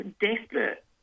desperate